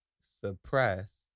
suppress